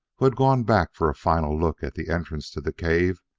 had gone back for a final look at the entrance to the cave,